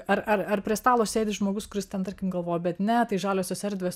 ar ar ar prie stalo sėdi žmogus kuris ten tarkim galvoja bet ne tai žaliosios erdvės